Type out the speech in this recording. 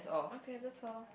okay that's all